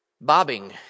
bobbing